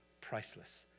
priceless